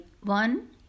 one